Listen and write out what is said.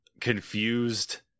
confused